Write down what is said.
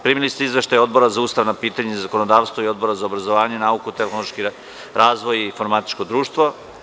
Primili ste Izveštaj Odbora za ustavna pitanja i zakonodavstvo i Odbora za obrazovanje, nauku, tehnološki razvoj i informatičko društvo.